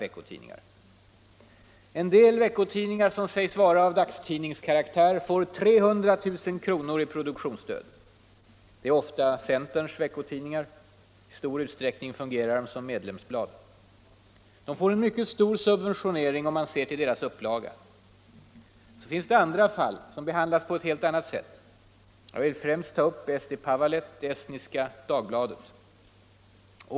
En del veckotidningar, som sägs vara av dagstidningskaraktär, får 300 000 kr. i produktionsstöd. Det är ofta centerns veckotidningar. I stor utsträckning fungerar de som medlemsblad. De får en mycket stor subventionering om man ser till deras upplaga. Så finns det andra fall som behandlas på ett helt annat sätt. Jag vill främst ta upp Eesti Päevaleht — Estniska Dagbladet.